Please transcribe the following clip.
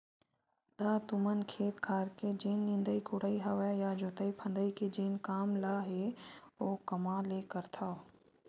त तुमन खेत खार के जेन निंदई कोड़ई हवय या जोतई फंदई के जेन काम ल हे ओ कामा ले करथव?